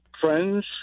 friends